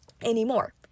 anymore